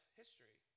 history